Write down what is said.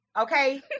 Okay